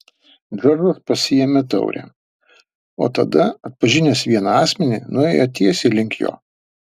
džordžas pasiėmė taurę o tada atpažinęs vieną asmenį nuėjo tiesiai link jo